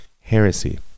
heresy